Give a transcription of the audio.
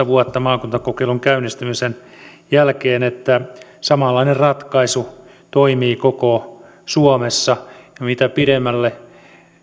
vuotta maakuntakokeilun käynnistymisen jälkeen että samanlainen ratkaisu toimii koko suomessa ja mitä pidemmälle